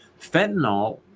fentanyl